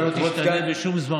לא תשתנה בשום זמן,